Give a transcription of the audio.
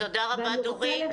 תודה רבה, דורית.